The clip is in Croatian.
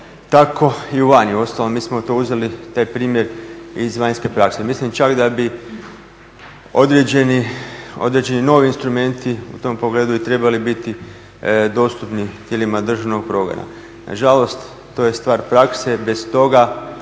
tako i vani. I uostalom mi smo to uzeli taj primjer iz vanjske prakse. Mislim čak da bi određeni novi instrumenti u tom pogledu i trebali biti dostupni tijelima državnog progona. Nažalost, to je stvar prakse. Bez toga